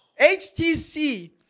HTC